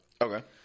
Okay